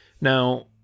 Now